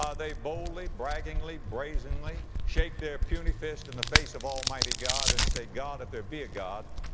ah they boldly, braggingly, brazenly shake their puny fist in the face of almighty god and say, god, if there be a god,